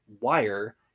wire